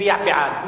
מצביע בעד.